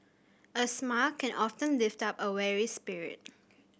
a smile can often lift up a weary spirit